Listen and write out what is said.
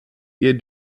ihr